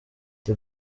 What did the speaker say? the